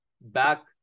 back